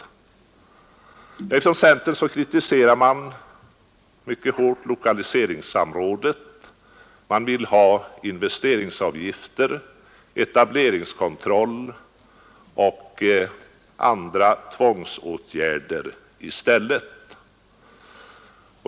Från centern kritiserar man mycket hårt lokaliseringssamrådet och vill ha investeringsavgifter, etableringskontroll och andra tvångsåtgärder i stället.